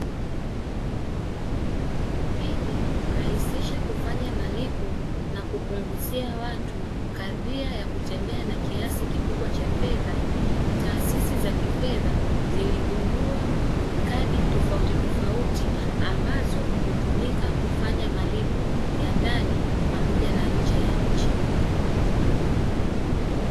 Ili kurahisisha kufanya malipo na kupunguzia watu kadhia ya kutembea na kiasi kikubwa cha fedha, taasisi za kifedha ziligundua kadi tofauti tofauti ambazo hutumika kufanya malipo ya ndani pamoja na nje ya nchi.